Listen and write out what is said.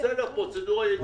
פרוצדורה ידועה.